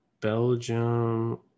Belgium